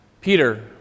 Peter